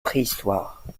préhistoire